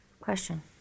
question